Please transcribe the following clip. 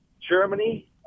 Germany